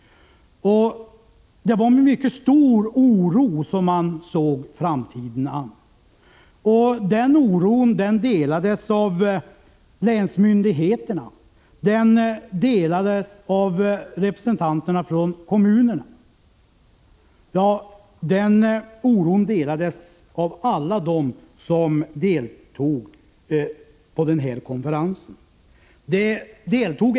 Det var med mycket stor oro man såg framtiden an, och den oron delades av länsmyndigheterna, av representanterna för kommunerna och av alla som deltog i denna konferens.